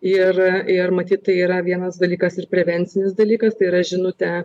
ir ir matyt tai yra vienas dalykas ir prevencinis dalykas tai yra žinutė